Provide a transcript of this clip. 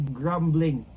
grumbling